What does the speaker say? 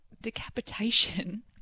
decapitation